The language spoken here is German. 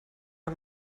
der